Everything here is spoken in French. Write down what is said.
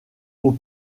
aux